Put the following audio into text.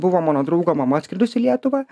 buvo mano draugo mama atskridus į lietuvą